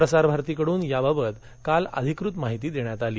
प्रसाभारतीकडून याबाबत काल अधिकृत माहिती देण्यात आली